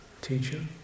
Teacher